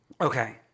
Okay